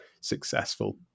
successful